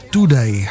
Today